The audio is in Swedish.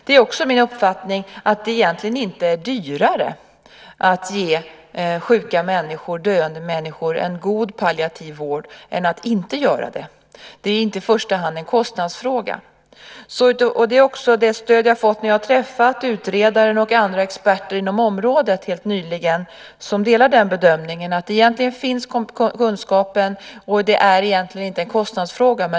Det är också min uppfattning att det egentligen inte är dyrare att ge sjuka och döende människor en god palliativ vård än att inte göra det. Det är inte i första hand en kostnadsfråga. Jag fick stöd för det när jag helt nyligen träffade utredaren och andra experter inom området. De delar bedömningen att egentligen finns kunskapen, att det egentligen inte är en kostnadsfråga.